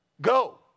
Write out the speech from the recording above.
go